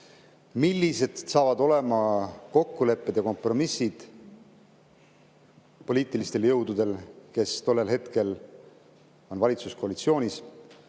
millised saavad olema kokkulepped ja kompromissid poliitilistel jõududel, kes [parajasti] on valitsuskoalitsioonis.